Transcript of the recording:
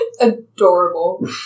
Adorable